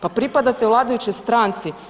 Pa pripadate vladajućoj stranci.